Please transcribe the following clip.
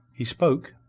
he spoke,